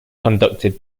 conducted